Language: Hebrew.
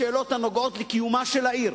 השאלות הנוגעות לקיומה של העיר,